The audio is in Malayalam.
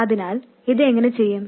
അതിനാൽ ഇത് എങ്ങനെ ചെയ്യും